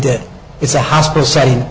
dead it's a hospital setting